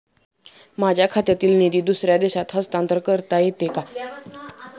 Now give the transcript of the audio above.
माझ्या खात्यातील निधी दुसऱ्या देशात हस्तांतर करता येते का?